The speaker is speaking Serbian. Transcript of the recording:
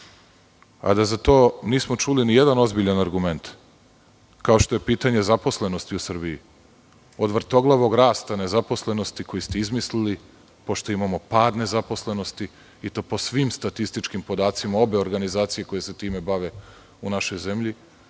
a da za to nismo čuli ni jedan ozbiljan argument, kao što je pitanje zaposlenosti u Srbiji, od vrtoglavog rasta nezaposlenosti koji ste izmislili, pošto imamo pad nezaposlenosti i to po svim statističkim podacima obe organizacije koje se time bave u našoj zemlji.